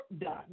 done